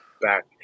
back